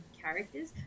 characters